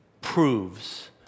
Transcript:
proves